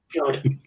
God